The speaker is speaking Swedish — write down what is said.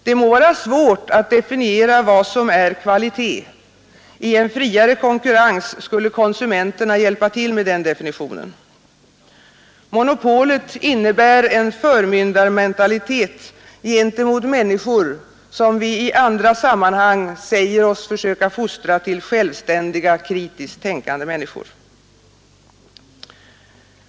Det må vara svårt att definiera vad som är kvalitet; i en friare konkurrens skulle konsumenterna hjälpa till med den definitionen. Monopolet innebär en förmyndarmentalitet gentemot människor som vi i andra sammanhang säger oss försöka söka fostra till självständiga, kritiskt tänkande människor.